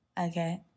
Okay